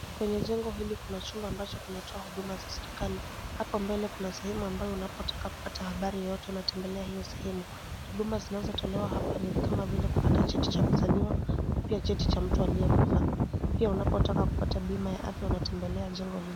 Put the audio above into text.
Kwenye jengo hili kuna chumba ambacho kinatoa huduma za serikali. Hapa mbele kuna sehemu ambayo unapotaka kupata habari yoyote unatembelea hiyo sehemu. Huduma zinazotolewa hapa ni kama vile kupata cheti cha kuzaliwa na pia cheti cha mtu aliyekufa. Pia unapotaka kupata bima ya afya unatembelea jengo hili.